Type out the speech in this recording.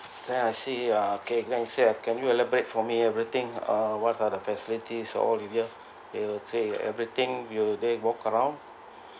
then I see uh okay guy can you elaborate for me everything ah what are the facilities all detail they'll say everything you there walk around